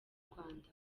rwanda